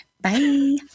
Bye